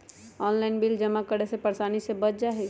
Online bill जमा करे से परेशानी से बच जाहई?